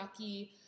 yucky